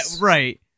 right